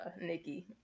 Nikki